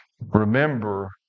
Remember